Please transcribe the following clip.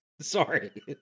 Sorry